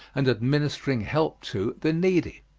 and administering help to, the needy.